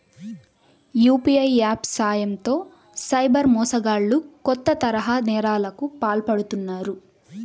UPI apps సాయంతో cyber మోసగాళ్లు కొత్త తరహా నేరాలకు పాల్పడుతున్నారు